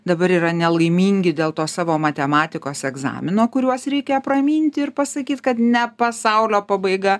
dabar yra nelaimingi dėl to savo matematikos egzamino kuriuos reikia apramint ir pasakyt kad ne pasaulio pabaiga